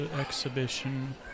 exhibition